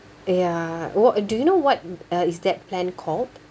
ya what do you know what uh is that plan called